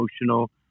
emotional